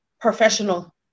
professional